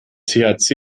thc